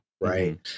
Right